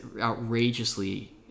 outrageously